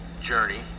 journey